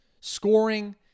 scoring